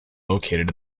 located